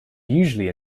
usually